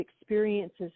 experiences